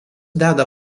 deda